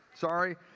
Sorry